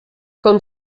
com